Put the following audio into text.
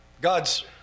God's